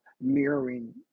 mirroring